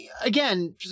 again